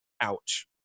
ouch